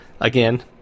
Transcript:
again